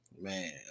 Man